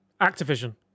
Activision